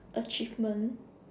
achievement